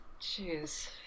jeez